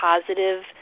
positive